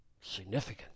significant